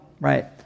Right